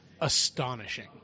astonishing